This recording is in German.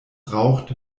raucht